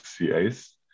CAs